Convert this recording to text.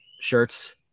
Shirts